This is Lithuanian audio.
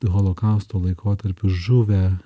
holokausto laikotarpiu žuvę